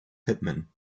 pittman